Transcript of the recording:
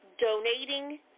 donating